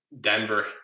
Denver